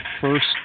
first